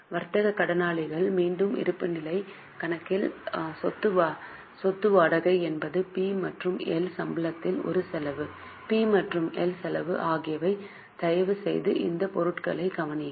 வர்த்தக கடனாளிகள் மீண்டும் இருப்புநிலைக் கணக்கில் சொத்து வாடகை என்பது பி மற்றும் எல் சம்பளத்தில் ஒரு செலவு பி மற்றும் எல் செலவு ஆகியவை தயவுசெய்து இந்த பொருட்களைக் கவனியுங்கள்